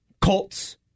Colts